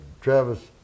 Travis